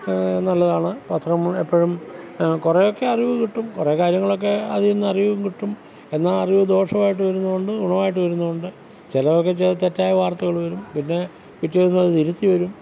നല്ലതാണ് പത്രം എപ്പോഴും കുറേയൊക്കെ അറിവ് കിട്ടും കുറേ കാര്യങ്ങളൊക്കെ അതിൽ നിന്ന് അറിവും കിട്ടും എന്നാൽ അറിവ് ദോഷമായിട്ട് വരുന്നന്നതും ഉണ്ട് ഗുണമായിട്ട് വരുന്നതും ഉണ്ട് ചിലതൊക്കെ ചില തെറ്റായ വാർത്തകൾ വരും പിന്നെ പിറ്റേ ദിവസം അത് തിരുത്തി വരും